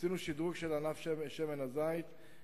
עשינו שדרוג של ענף שמן הזית,